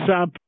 up